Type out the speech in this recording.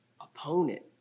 opponent